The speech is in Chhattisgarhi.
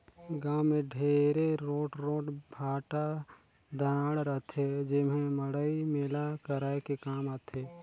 गाँव मे ढेरे रोट रोट भाठा डाँड़ रहथे जेम्हे मड़ई मेला कराये के काम आथे